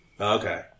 Okay